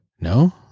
no